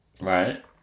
Right